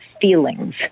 feelings